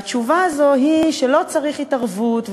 והתשובה היא שלא צריך התערבות,